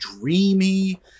dreamy